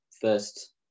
first